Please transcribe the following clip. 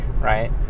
right